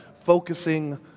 focusing